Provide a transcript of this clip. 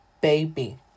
baby